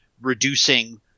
reducing